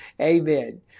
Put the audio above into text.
amen